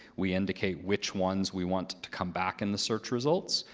we indicate which ones we want to come back in the search results.